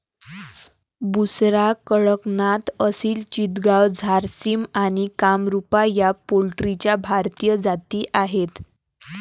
बुसरा, कडकनाथ, असिल चितगाव, झारसिम आणि कामरूपा या पोल्ट्रीच्या भारतीय जाती आहेत